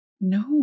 No